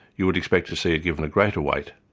you would expect to see it given a greater weight,